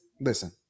listen